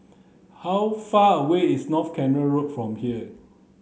how far away is North Canal Road from here